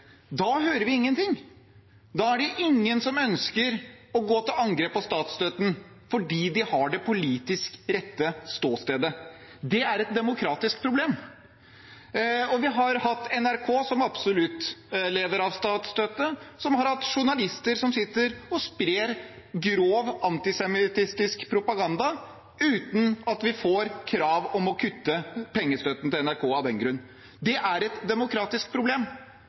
Da hører vi ingenting. Da er det ingen som ønsker å gå til angrep på statsstøtten – fordi de har det politisk rette ståstedet. Det er et demokratisk problem. Vi har NRK, som absolutt lever av statsstøtte, som har hatt journalister som sprer grov antisemittisk propaganda, uten at vi får krav om å kutte pengestøtten til NRK av den grunn. Det er et demokratisk problem